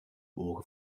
ogen